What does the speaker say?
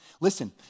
Listen